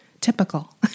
Typical